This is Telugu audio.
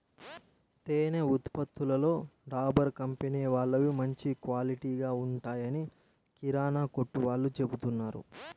తేనె ఉత్పత్తులలో డాబర్ కంపెనీ వాళ్ళవి మంచి క్వాలిటీగా ఉంటాయని కిరానా కొట్టు వాళ్ళు చెబుతున్నారు